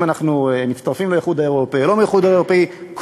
אם אנחנו מצטרפים לאיחוד האירופי או לא,